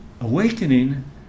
awakening